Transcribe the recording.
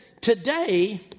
today